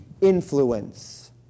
influence